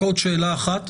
רק שאלה.